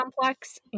complex